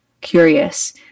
curious